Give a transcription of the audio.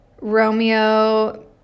Romeo